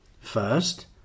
first